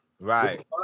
right